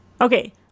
Okay